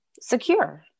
secure